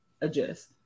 adjust